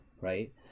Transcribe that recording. right